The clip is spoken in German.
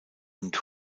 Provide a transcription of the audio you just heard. und